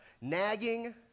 nagging